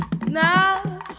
now